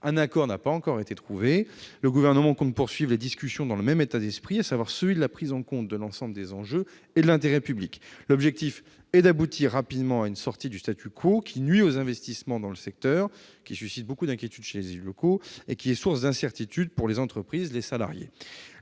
accord n'a pour l'instant été trouvé. Le Gouvernement compte poursuivre les discussions dans le même état d'esprit, à savoir en prenant en compte l'ensemble des enjeux et l'intérêt public. L'objectif est d'aboutir rapidement à une sortie du qui nuit aux investissements dans le secteur, suscite beaucoup d'inquiétude chez les élus locaux, et est source d'incertitude pour les entreprises et pour les salariés.